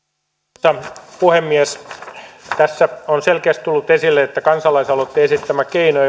arvoisa puhemies tässä on selkeästi tullut esille että kansalaisaloitteen esittämä keino